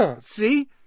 See